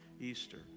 Easter